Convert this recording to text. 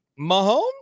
Mahomes